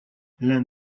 l’un